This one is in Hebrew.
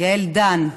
יעל דן,